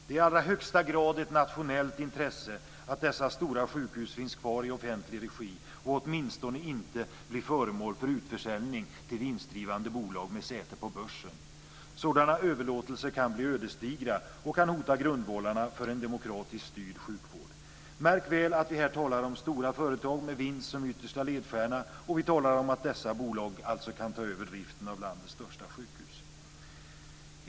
Det är i allra högsta grad ett nationellt intresse att dessa stora sjukhus finns kvar i offentlig regi och åtminstone inte blir föremål för utförsäljning till vinstdrivande bolag med säte på börsen. Sådana överlåtelser kan bli ödesdigra och kan hota grundvalarna för en demokratiskt styrd sjukvård. Märk väl att vi här talar om stora företag med vinst som yttersta ledstjärna, och vi talar om att dessa bolag alltså kan ta över driften av landets största sjukhus.